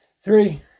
three